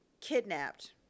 kidnapped